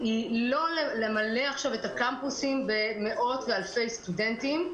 היא לא למלא עכשיו את הקמפוסים במאות ואלפי סטודנטים,